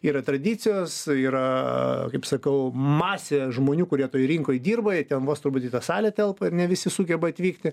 yra tradicijos yra kaip sakau masė žmonių kurie toje rinkoj dirba jie ten vos turbūt į tą salę telpa ir ne visi sugeba atvykti